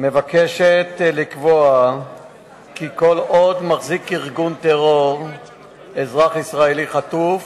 מבקשת לקבוע כי כל עוד מחזיק ארגון טרור אזרח ישראלי חטוף